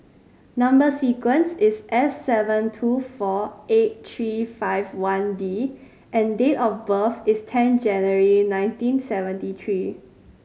number sequence is S seven two four eight three five one D and date of birth is ten January nineteen seventy three